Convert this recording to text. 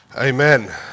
Amen